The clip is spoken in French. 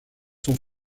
sont